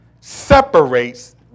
separates